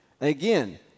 Again